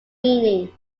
meaning